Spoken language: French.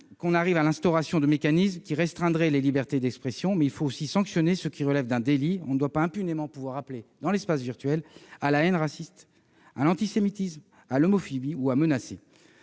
en arriver à instaurer des mécanismes qui restreindraient les libertés d'expression, mais il importe aussi de sanctionner ce qui relève d'un délit. On ne doit pas impunément pouvoir appeler dans l'espace virtuel à la haine raciste, à l'antisémitisme, à l'homophobie ni proférer